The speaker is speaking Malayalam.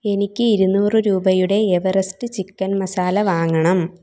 എനിക്ക് ഇരുനൂറ് രൂപയുടെ എവറസ്റ്റ് ചിക്കൻ മസാല വാങ്ങണം